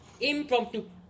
impromptu